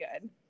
good